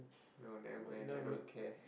no never mind I don't care